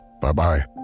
bye-bye